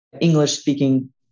English-speaking